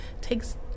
takes